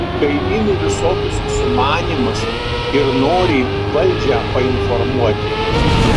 kaimynų visokius sumanymus ir norį valdžią painformuoti